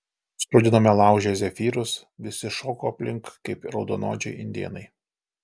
skrudinome lauže zefyrus visi šoko aplink kaip raudonodžiai indėnai